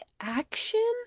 action